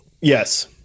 yes